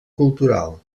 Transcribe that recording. cultural